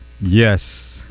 Yes